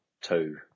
two